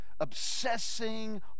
obsessing